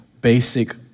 basic